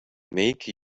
make